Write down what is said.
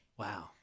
Wow